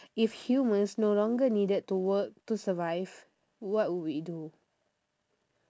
if humans no longer needed to work to survive what would we do